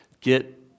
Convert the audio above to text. get